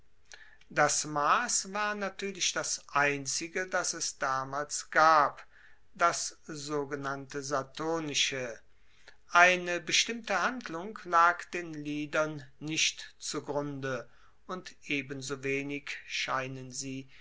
das mass war natuerlich das einzige das es damals gab das sogenannte saturnische eine bestimmte handlung lag den liedern nicht zugrunde und ebensowenig scheinen sie